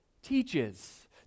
teaches